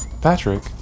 Patrick